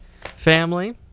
family